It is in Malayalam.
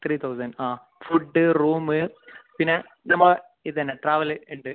ത്രീ തൗസൻഡ് ആ ഫുഡ്ഡ് റൂമ് പിന്നെ നമ്മൽ ഇത് തന്നെ ട്രാവല് ഉണ്ട്